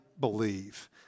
believe